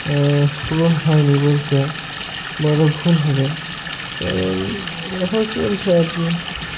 পূরণ হয়নি বলতে বড় ভুল হবে কারণ এখনো চলছে আর কি